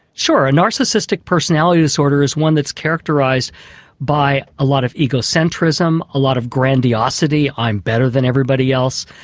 sure a narcissistic personality disorder is one that's characterised by a lot of ego-centricism, a lot of grandiosity i'm better than everybody else,